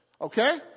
okay